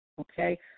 okay